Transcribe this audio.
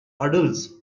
adults